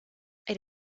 elle